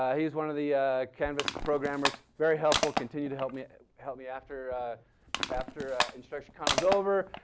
ah he's one of the canvas programers, very helpful. continued to help me help me after after instructurecon was over.